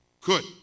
Good